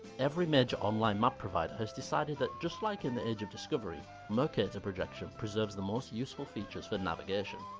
every major online map provider have decided that, just like in the age of discovery, mercator projection preserves the most useful features for navigation.